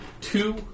Two